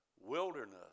wilderness